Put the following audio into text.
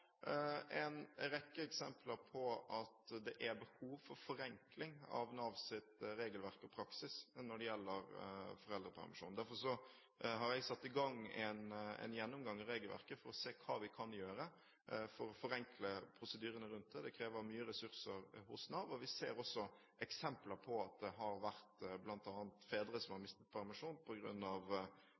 en rekke eksempler på at det er behov for forenkling av Navs regelverk og praksis når det gjelder foreldrepermisjon. Derfor har jeg satt i gang en gjennomgang av regelverket for å se hva vi kan gjøre for å forenkle prosedyrene rundt dette. Det krever mye ressurser hos Nav. Vi ser også eksempler på at det bl.a. har vært fedre som har mistet permisjon